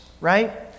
right